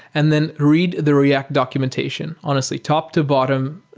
and then read the react documentation. honestly, top to bottom,